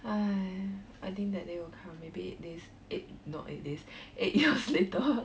!haiya! I think that day won't come maybe eight days eight not eight days eight years later